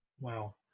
Wow